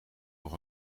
nog